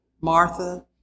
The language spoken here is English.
Martha